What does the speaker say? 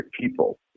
people